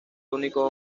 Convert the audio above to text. único